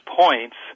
points